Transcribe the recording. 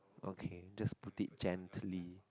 okay just put it gently